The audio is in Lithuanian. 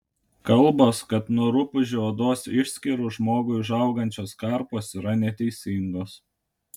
kalbos kad nuo rupūžių odos išskyrų žmogui užaugančios karpos yra neteisingos